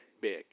big